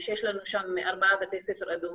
האם יש לכם חלון שבו ההורים,